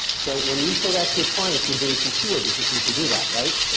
so when you say that to your clients you're being sincere because you can do that, right.